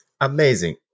Amazing